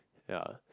ya